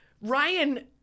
Ryan